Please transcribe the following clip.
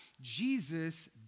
Jesus